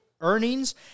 Earnings